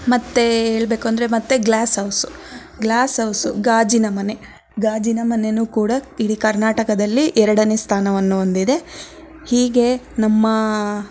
ಮತ್ತೆ ಹೇಳಬೇಕು ಅಂದರೆ ಮತ್ತೆ ಗ್ಲಾಸಹೌಸ್ ಗ್ಲಾಸ್ಹೌಸ್ ಗಾಜಿನಮನೆ ಗಾಜಿನಮನೆಯೂ ಕೂಡ ಇಡೀ ಕರ್ನಾಟಕದಲ್ಲಿ ಎರಡನೇ ಸ್ಥಾನವನ್ನು ಹೊಂದಿದೆ ಹೀಗೆ ನಮ್ಮ